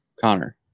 Connor